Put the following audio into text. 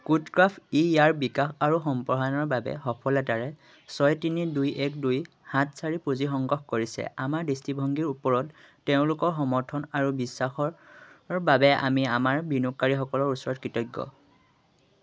CodeCraft ই ইয়াৰ বিকাশ আৰু সম্প্ৰসাৰণৰ বাবে সফলতাৰে ছয় তিনি দুই এক দুই সাত চাৰি পুঁজি সংগ্ৰহ কৰিছে আমাৰ দৃষ্টিভংগীৰ ওপৰত তেওঁলোকৰ সমৰ্থন আৰু বিশ্বাসৰ বাবে আমি আমাৰ বিনিয়োগকাৰীসকলৰ ওচৰত কৃতজ্ঞ